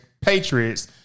Patriots